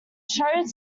showed